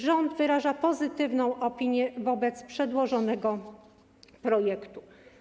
Rząd wyraża pozytywną opinię na temat przedłożonego projektu.